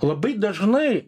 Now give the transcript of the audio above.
labai dažnai